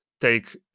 take